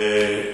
הסביבה.